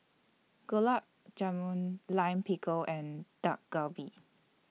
Gulab Jamun Lime Pickle and Dak Galbi